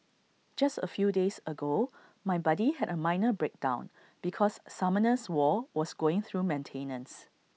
just A few days ago my buddy had A minor breakdown because Summoners war was going through maintenance